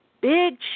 Big